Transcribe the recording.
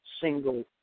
single